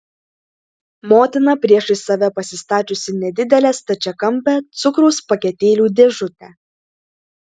motina priešais save pasistačiusi nedidelę stačiakampę cukraus paketėlių dėžutę